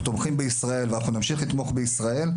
תומכים בישראל ואנחנו נמשיך לתמוך בישראל,